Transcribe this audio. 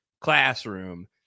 classroom